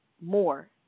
more